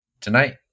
tonight